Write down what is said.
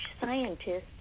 scientists